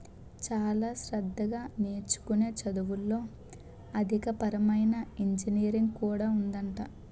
చాలా శ్రద్ధగా నేర్చుకునే చదువుల్లో ఆర్థికపరమైన ఇంజనీరింగ్ కూడా ఉందట